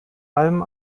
allem